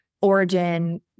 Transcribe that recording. origin